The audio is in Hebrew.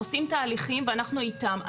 הם עושים תהליכים ואנחנו איתם.